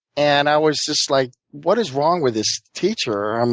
and i was just like, what is wrong with this teacher? um